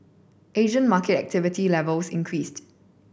Asian market activity levels increased